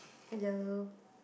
hello